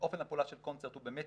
אופן הפעולה של 'קונצרט' הוא במצ'ינג,